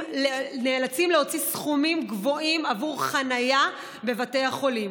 להוציא סכומים גבוהים עבור חניה בבתי החולים.